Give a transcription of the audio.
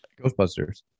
ghostbusters